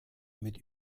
mit